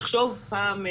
לחשוב פעם שנייה.